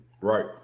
right